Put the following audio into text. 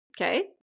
okay